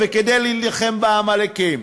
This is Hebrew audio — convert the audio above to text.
כדי להילחם בעמלקים.